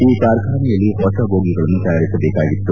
ಈ ಕಾರ್ಖಾನೆಯಲ್ಲಿ ಹೊಸ ಬೋಗಿಗಳನ್ನು ತಯಾರಿಸಬೇಕಾಗಿತ್ತು